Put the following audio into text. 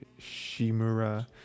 shimura